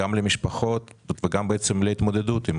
גם למשפחות וגם להתמודדות עם